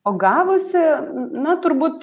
o gavusi na turbūt